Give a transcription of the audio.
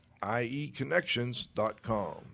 IEConnections.com